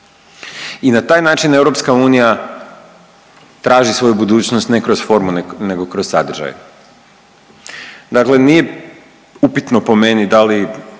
I na taj način EU traži svoju budućnost ne kroz formu nego kroz sadržaj. Dakle nije upitno po meni da li